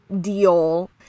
deal